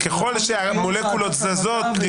ובכל זאת,